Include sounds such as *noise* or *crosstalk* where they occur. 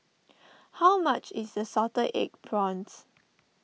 *noise* how much is the Salted Egg Prawns